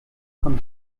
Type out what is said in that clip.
von